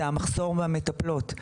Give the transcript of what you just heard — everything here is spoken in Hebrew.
זה המחסור במטפלות.